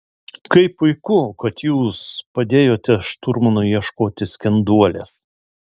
kaip puiku kad jūs padėjote šturmanui ieškoti skenduolės